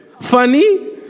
funny